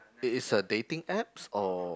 it is a dating apps or